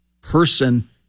person